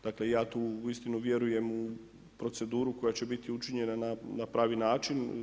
Dakle, ja tu uistinu vjerujem u proceduru koja će biti učinjena na pravi način.